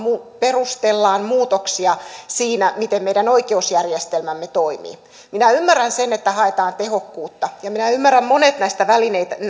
perustellaan muutoksia siinä miten meidän oikeusjärjestelmämme toimii minä ymmärrän sen että haetaan tehokkuutta ja minä ymmärrän monet näistä